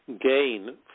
gain